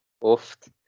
Oft